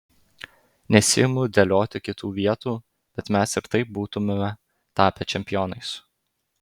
nesiimu dėlioti kitų vietų bet mes ir taip būtumėme tapę čempionais